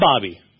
Bobby